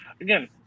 again